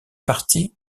partie